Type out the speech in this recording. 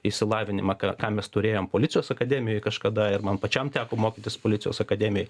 išsilavinimą ką ką mes turėjom policijos akademijoj kažkada ir man pačiam teko mokytis policijos akademijoj